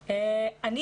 לה: יוזמת הדיון.